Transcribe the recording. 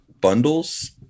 bundles